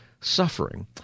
suffering